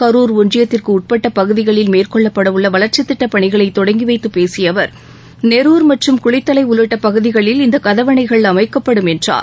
கரூர் ஒன்றியத்திற்கு உட்பட்ட பகுதிகளில் மேற்கொள்ளப்பட உள்ள வளர்ச்சித் திட்டப்பணிகளை தொடங்கி வைத்துப் பேசிய அவர் நெரூர் மற்றும் குளித்தலை உள்ளிட்ட பகுதிகளில் இந்த கதவணைகள் அமைக்கப்படும் என்றார்